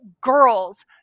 Girls